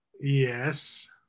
Yes